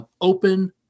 open